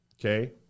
Okay